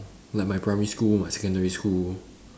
like my primary school my secondary school